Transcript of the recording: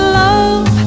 love